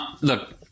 look